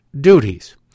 duties